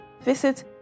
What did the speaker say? visit